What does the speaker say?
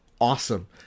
awesome